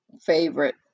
favorite